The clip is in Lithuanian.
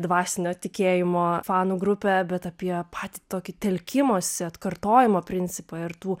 dvasinio tikėjimo fanų grupę bet apie patį tokį telkimosi atkartojimo principą ir tų